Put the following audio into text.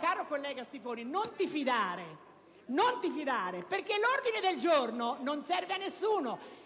Caro collega Stiffoni, non ti fidare, perché l'ordine del giorno non serve a nessuno: